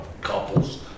couples